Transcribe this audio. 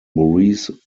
maurice